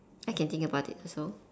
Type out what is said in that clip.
I can think about it also